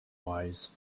wise